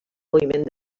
moviment